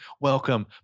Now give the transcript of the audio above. Welcome